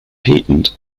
patent